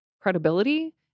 credibility